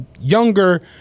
younger